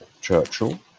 Churchill